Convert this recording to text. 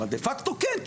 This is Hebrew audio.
אבל דה פקטו כן,